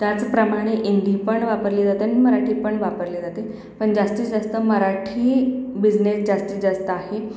त्याचप्रमाणे हिंदी पण वापरली जाते आणि मराठी पण वापरली जाते पण जास्तीत जास्त मराठी बिझनेस जास्तीत जास्त आहे